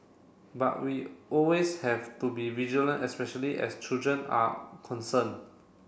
but we always have to be vigilant especially as children are concerned